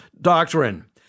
doctrine